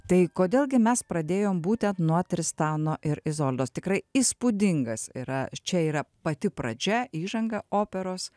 tai kodėl gi mes pradėjom būtent nuo tristano ir izoldos tikrai įspūdingas yra čia yra pati pradžia įžanga operos